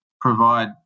provide